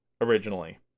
originally